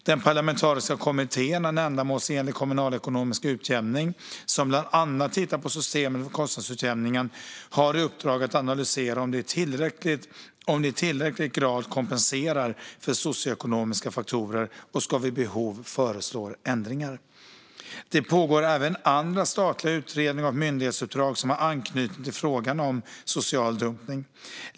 Den parlamentariska kommittén En ändamålsenlig kommunalekonomisk utjämning , som bland annat tittar på systemet för kostnadsutjämningen, har i uppdrag att analysera om det i tillräcklig grad kompenserar för socioekonomiska faktorer och ska vid behov föreslå ändringar. Det pågår även andra statliga utredningar och myndighetsuppdrag som har anknytning till frågan om social dumpning.